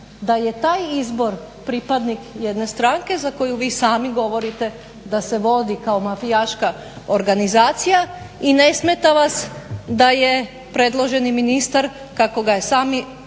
da je taj izbor pripadnik jedne stranke za koju vi sami govorite da se vodi kao mafijaška organizacija i ne smeta vas da je predloženi ministar kako ga je sam